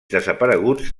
desapareguts